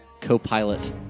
co-pilot